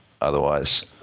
Otherwise